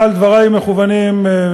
אבל דברי מכוונים,